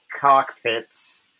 cockpits